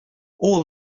all